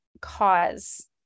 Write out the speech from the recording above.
cause